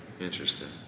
Interesting